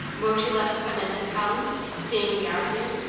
won't you let us come in, miss collins, seeing we are here?